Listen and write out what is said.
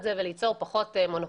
ולמנוע מונופול.